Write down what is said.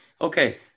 okay